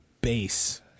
base